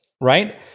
right